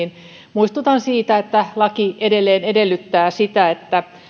muistutan siitä että laki edelleen edellyttää sitä että